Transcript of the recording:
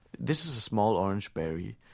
this is a small, orange berry.